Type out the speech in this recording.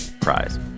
prize